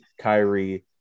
Kyrie